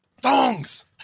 Thongs